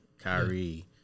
Kyrie